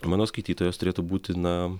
mano skaitytojas turėtų būti na